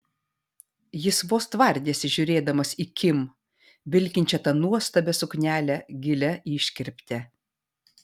jis vos tvardėsi žiūrėdamas į kim vilkinčią tą nuostabią suknelę gilia iškirpte